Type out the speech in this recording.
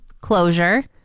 closure